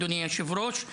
אדוני היושב-ראש,